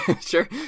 Sure